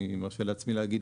אני מרשה לעצמי להגיד,